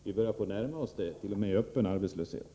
Vi börjar närma oss den siffran t.o.m. i öppen arbetslöshet.